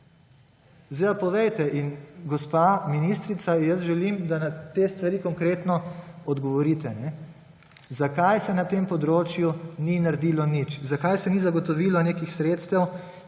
pa povejte – in gospa ministrica jaz želim, da na te stvari konkretno odgovorite –, zakaj se na tem področju ni naredilo nič. Zakaj se ni zagotovilo nekih sredstev,